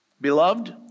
Beloved